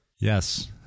Yes